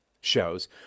shows